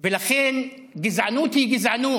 ולכן, גזענות היא גזענות,